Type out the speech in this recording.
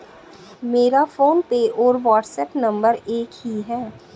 मेरा फोनपे और WhatsApp number एक ही है